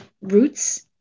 roots